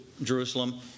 Jerusalem